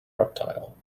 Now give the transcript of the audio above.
reptile